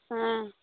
हूँ